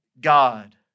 God